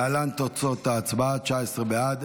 להלן תוצאות ההצבעה: 19 בעד,